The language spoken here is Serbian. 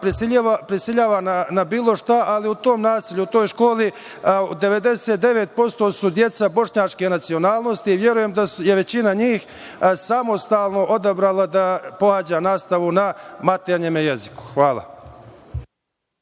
prisiljava na bilo šta, ali nasilje u toj školi je nad 99% decom bošnjačke nacionalnost. Verujem da je većina njih samostalno odabrala da pohađa nastavu na maternjem jeziku. Hvala.